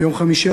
ביום חמישי,